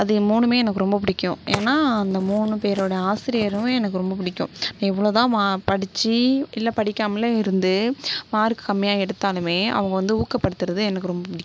அது மூணுமே எனக்கு ரொம்ப பிடிக்கும் ஏன்னா அந்த மூணு பேரோட ஆசிரியரும் எனக்கு ரொம்ப பிடிக்கும் எவ்வளோதான் படித்து இல்லை படிக்காமலேயே இருந்து மார்க் கம்மியாக எடுத்தாலும் அவங்க வந்து ஊக்கப்படுத்துவது எனக்கு ரொம்ப பிடிக்கும்